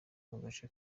gace